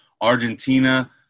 Argentina